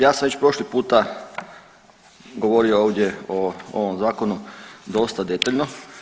Ja sam već prošli puta govorio ovdje o ovom Zakonu dosta detaljno.